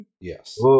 Yes